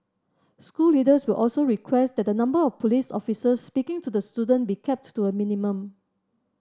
school leaders will also request that the number of police officers speaking to the student be kept to a minimum